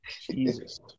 Jesus